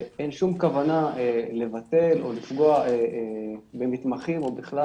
אין שום כוונה לבטל או לפגוע במתמחים או בכלל